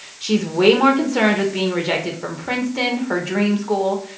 she's way more concerned with being rejected from princeton, her dream school,